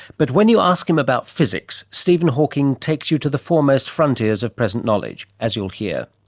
but when you ask him about physics, stephen hawking takes you to the foremost frontiers of present knowledge, as you'll hear.